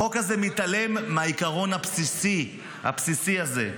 החוק הזה מתעלם מהעיקרון הבסיסי הזה.